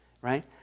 right